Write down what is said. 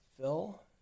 Phil